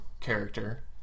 character